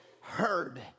heard